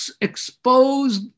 expose